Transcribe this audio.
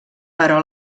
però